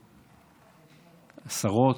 השרות,